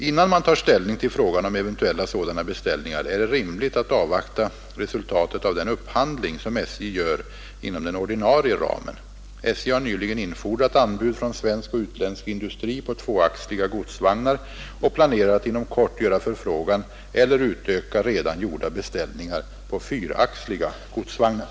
Innan man tar ställning till frågan om eventuella sådana beställningar är det rimligt att avvakta resultatet av den upphandling som SJ gör inom den ordinarie ramen. SJ har nyligen infordrat anbud från svensk och utländsk industri på tvåaxliga godsvagnar och planerar att inom kort göra förfrågan eller utöka redan gjorda beställningar på fyraxliga godsvagnar.